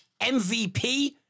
MVP